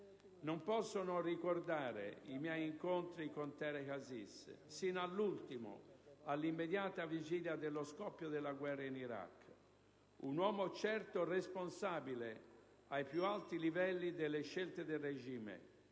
Non posso non ricordare i miei incontri con Tareq Aziz, fino all'ultimo, all'immediata vigilia dello scoppio della guerra in Iraq; un uomo, certo, responsabile ai più alti livelli delle scelte del regime,